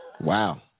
Wow